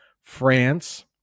France